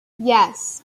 yes